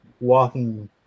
walking